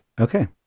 Okay